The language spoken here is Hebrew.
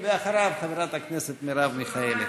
אחריו, חברת הכנסת מרב מיכאלי.